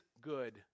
good